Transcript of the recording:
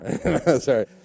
sorry